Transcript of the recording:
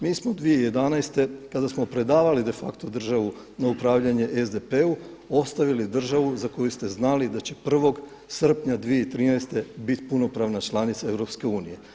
Mi smo 2011. kada smo predavali de facto državu na upravljanje SDP-u ostavili državu za koju ste znali da će 1. srpnja 2013. biti punopravna članica EU.